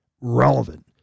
relevant